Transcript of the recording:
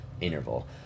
interval